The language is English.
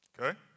Okay